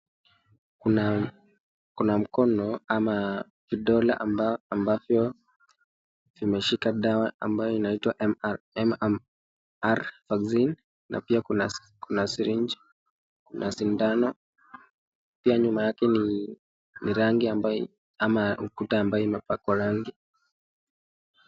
Kuna mkono ama vidole ambavyo vimeshika dawa ambayo inaitwa MMR vaccine na pia kuna kuna siringi kuna sindano. Pia nyuma yake ni ni rangi ambayo ama ukuta ambao umepakwa rangi.